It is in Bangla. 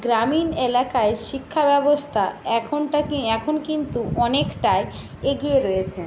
গ্রামীণ এলাকায় শিক্ষাব্যবস্থা এখনটা কি এখন কিন্তু অনেকটাই এগিয়ে রয়েছেন